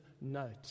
note